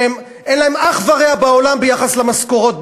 שאין להם אח ורע בעולם ביחס למשכורות,